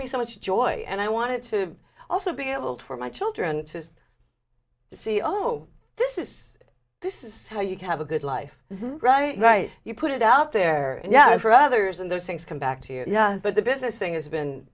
me so much joy and i wanted to also be able to for my children to you see oh no this is this is how you can have a good life right right you put it out there yet for others and those things come back to you yeah but the business thing has been